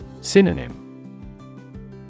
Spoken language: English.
Synonym